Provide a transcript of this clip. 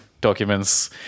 documents